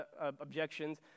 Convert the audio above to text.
objections